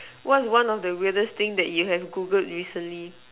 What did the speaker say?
what's one of the weirdest thing you have Googled recently